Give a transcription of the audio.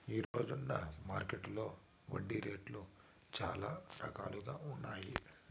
ఈ రోజున మార్కెట్టులో వడ్డీ రేట్లు చాలా రకాలుగా ఉన్నాయి